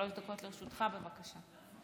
שלוש דקות לרשותך, בבקשה.